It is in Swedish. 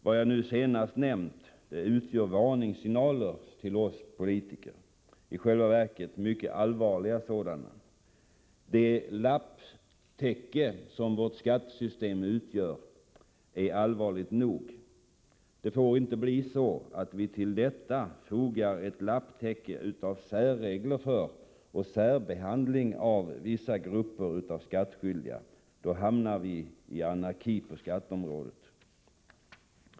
Vad jag senast nämnt utgör varningssignaler till oss politiker — i själva verket mycket allvarliga sådana. Det lapptäcke som vårt skattesystem utgör är allvarligt nog. Det får inte bli så, att vi till detta fogar ett lapptäcke av särregler för och särbehandling av vissa grupper skattskyldiga. Då hamnar vi i anarki på skatteområdet.